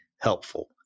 helpful